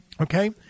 okay